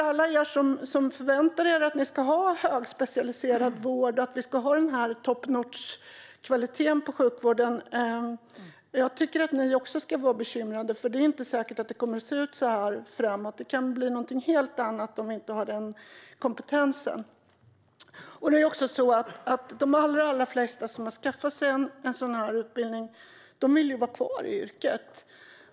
Alla som förväntar sig en högspecialiserad vård och att man ska ha top notch-kvaliteten på sjukvården borde också vara bekymrade. Det är inte säkert att det kommer att se ut så här framöver. Det kan bli någonting helt annat om man inte har den kompetensen. De allra flesta som har skaffat sig den här utbildningen vill vara kvar i yrket.